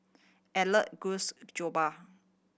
Elliott Guss